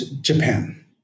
Japan